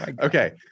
Okay